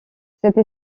cette